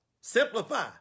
Simplify